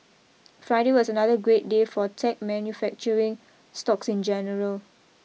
Friday was another great day for tech manufacturing stocks in general